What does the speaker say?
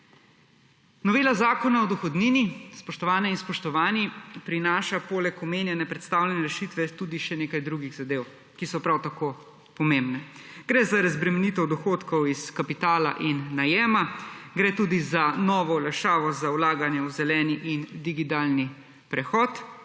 Novela Zakona o dohodnini, spoštovane in spoštovani, prinaša poleg omenjene predstavljene rešitve tudi še nekaj drugih zadev, ki so prav tako pomembne. Gre za razbremenitev dohodkov iz kapitala in najema, gre tudi za novo olajšavo za vlaganje v zeleni in digitalni prehod,